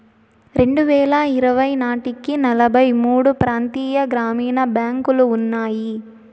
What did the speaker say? రెండువేల ఇరవై నాటికి నలభై మూడు ప్రాంతీయ గ్రామీణ బ్యాంకులు ఉన్నాయి